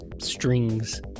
strings